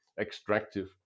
extractive